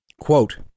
quote